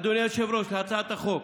אדוני היושב-ראש, להצעת החוק.